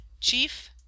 Chief